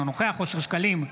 אינו נוכח אושר שקלים,